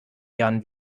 jahren